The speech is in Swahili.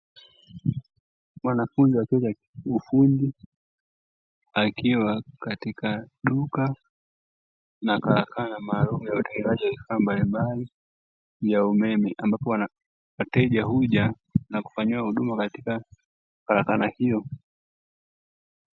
Mwanafunzi wa chuo cha kiufundi, akiwa katika duka na karakana maalumu ya utengenezaji wa vifaa mbalimbali vya umeme, ambapo wateja huja na kufanyiwa huduma katika karakana hiyo.